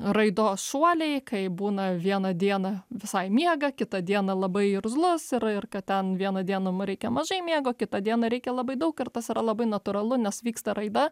raidos šuoliai kai būna vieną dieną visai miega kitą dieną labai irzlus ir ir kad ten vieną dieną m reikia mažai miego kitą dieną reikia labai daug ir tas yra labai natūralu nes vyksta raida